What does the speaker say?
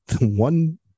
one